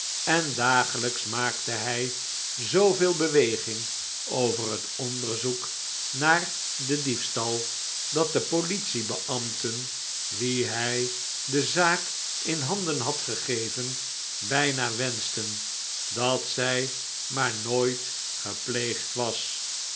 en dagelijks maakte hij zooveel beweging over het onderzoek naar den diefstal dat de politiebeambten wien hij de zaak in handen had gegeven bijna wenschten dat zij maar nooit gepleegd was